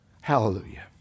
Hallelujah